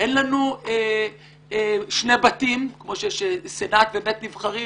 אין לנו שני בתים כמו שיש סנאט ובית נבחרים